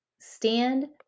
Stand